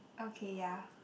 okay ya